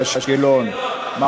אשקלון, אשקלון.